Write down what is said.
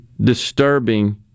disturbing